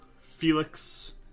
Felix